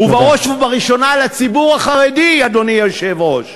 ובראש ובראשונה לציבור החרדי, אדוני היושב-ראש,